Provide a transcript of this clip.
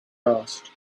asked